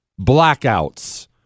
Blackouts